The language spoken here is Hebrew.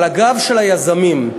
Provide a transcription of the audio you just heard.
על הגב של היזמים.